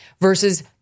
Versus